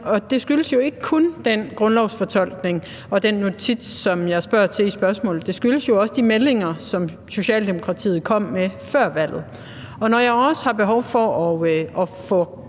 det skyldes jo ikke kun den grundlovsfortolkning og den notits, som jeg spørger til i spørgsmålet. Det skyldes jo også de meldinger, som Socialdemokratiet kom med før valget. Når jeg også har behov for at få